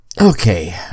Okay